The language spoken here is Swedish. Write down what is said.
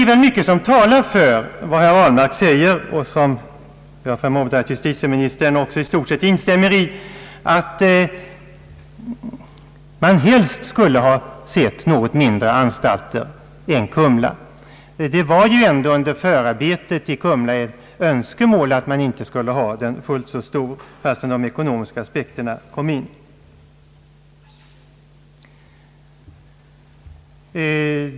Det är mycket som talar för herr Ahlmarks uppfattning — som jag förmodar att justitieministern också i stort sett instämmer i — att man helst skulle ha önskat något mindre anstalter än den i Kumla. Det var ju ändå under förarbetet till den anstalten ett önskemål, att man inte skulle göra den fullt så stor, fastän de ekonomiska aspekterna kom in.